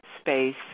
space